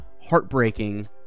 heartbreaking